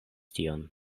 tion